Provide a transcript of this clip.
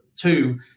two